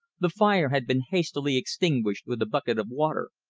the fire had been hastily extinguished with a bucket of water,